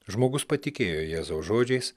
žmogus patikėjo jėzaus žodžiais